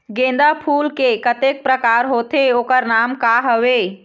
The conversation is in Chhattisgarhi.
गेंदा फूल के कतेक प्रकार होथे ओकर नाम का हवे?